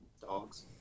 dogs